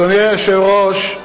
אדוני היושב-ראש,